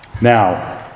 Now